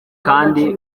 kandi